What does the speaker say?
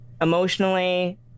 emotionally